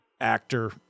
actor